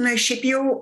na šiaip jau